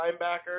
linebacker